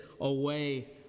away